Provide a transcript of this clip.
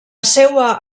seua